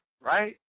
right